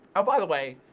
by the way,